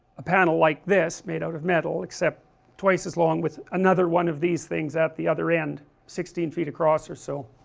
a panel like this made out of metal except twice as long with another one of these things at the other end sixteen feet across or so